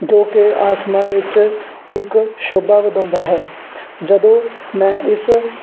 ਜੋ ਕਿ ਅਸਮਾਨ ਵਿੱਚ ਇੱਕ ਸ਼ੋਭਾ ਵਧਾਉਂਦਾ ਹੈ ਜਦੋਂ ਮੈਂ ਇਸ